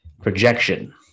projection